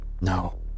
No